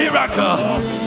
Miracle